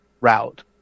route